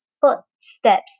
footsteps